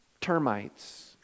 termites